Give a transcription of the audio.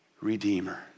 Redeemer